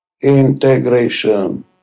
Integration